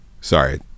Sorry